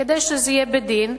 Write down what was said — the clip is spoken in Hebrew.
כדי שזה יהיה בדין,